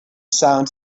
sounds